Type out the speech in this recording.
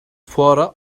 fuara